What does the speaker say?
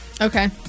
Okay